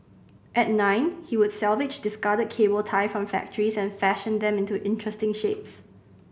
at nine he would salvage discarded cable tie from factories and fashion them into interesting shapes